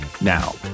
Now